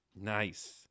Nice